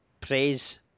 praise